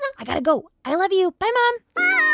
like i've got to go. i love you. bye, mom